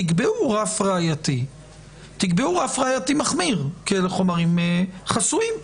תקבעו רף ראייתי מחמיר, כי אלה חומרים חסויים.